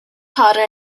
potter